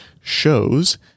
shows